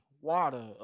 water